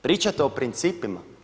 Pričate o principima?